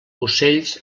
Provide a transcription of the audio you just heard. ocells